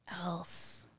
else